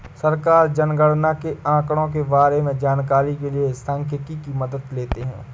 सरकार जनगणना के आंकड़ों के बारें में जानकारी के लिए सांख्यिकी की मदद लेते है